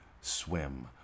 swim